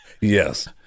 Yes